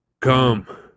Come